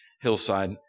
hillside